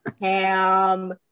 ham